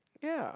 ya